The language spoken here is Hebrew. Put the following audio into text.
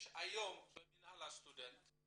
יש היום במינהל הסטודנטים,